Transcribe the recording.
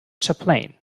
chaplain